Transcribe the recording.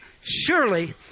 Surely